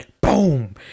boom